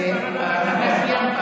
אתה סיימת,